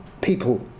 people